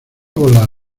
volar